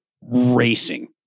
Racing